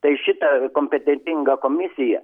tai šita kompetentinga komisija